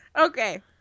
okay